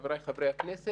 חבריי חברי הכנסת,